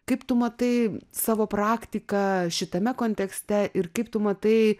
kaip tu matai savo praktiką šitame kontekste ir kaip tu matai